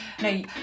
No